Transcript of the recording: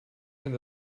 and